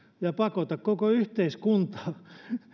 ja pakota koko yhteiskuntaa